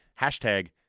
hashtag